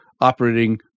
operating